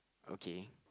okay